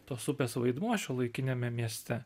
tos upės vaidmuo šiuolaikiniame mieste